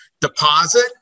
deposit